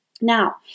Now